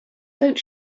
don’t